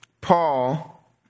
Paul